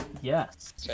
Yes